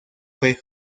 fue